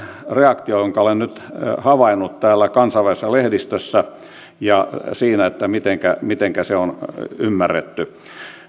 reaktio jonka olen nyt havainnut täällä kansainvälisessä lehdistössä ja siinä mitenkä mitenkä se on ymmärretty